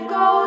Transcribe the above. go